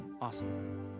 awesome